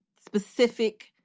specific